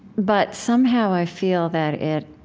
but somehow, i feel that it